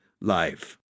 life